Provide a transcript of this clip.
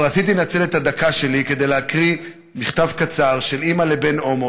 אבל רציתי לנצל את הדקה שלי כדי להקריא מכתב קצר של אימא לבן הומו,